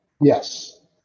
Yes